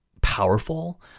powerful